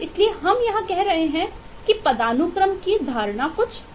इसलिए हम यहां कह रहे हैं कि पदानुक्रम की धारणा कुछ अलग है